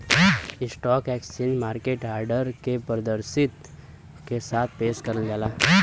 stock exchange market order के पारदर्शिता के साथ पेश करला